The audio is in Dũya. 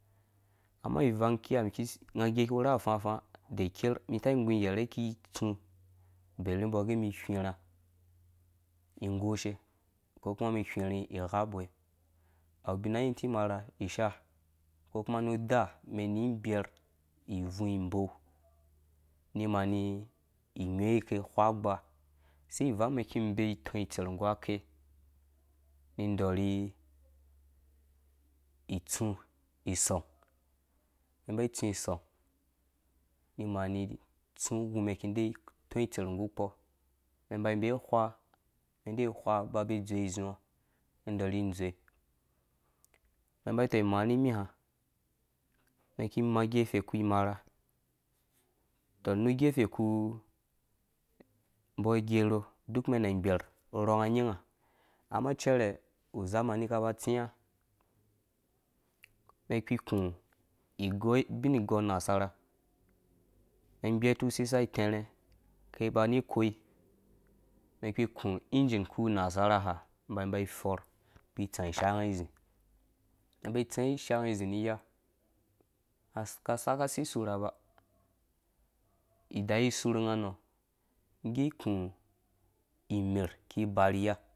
An amma kiha nga ngge ki wurha fafa da ker mi ta igu ighɛrɛ ki tsu bebe mbɔ agɛ mi whirha igoshe ko kumami whirha igha uboi awu bina nyin ti imarha ishaa ko kuma nu da mɛn ni gbɛr ibo ni mani we ngge ugba sei iveng mɛn ki bee bitser nggu ake mɛn dɔrhi itsu isɔng mɛn ba tsũ sɔngni mani tsũ wumɛn ki de tser nggu kpɔ mɛn ba be wha mɛn de wha ba dzowe izuwã mɛn dɔrhi dzowe mɛn ta tɔng imaa mimiha mɛn ki maa gefe kpu imarha to nu gefe kpu mbɔ ugero duk mɛnna gbɛr rɔnga nyin ha amma cɛrɛ azamani ku ba tsiã mɛn kpi iku ubin igɔɔ nasara mɛn gbɛtu sisa itɛrhe kɛ ba koi mɛn kpi ku engine kpu unasaraha mɛn ba for kpi tsã ishang zi mɛnbatsã ishaang zi ni iya ka saka si surha ba idaa isurha nganɔ nga kũ imer kũ barhi iya.